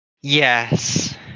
Yes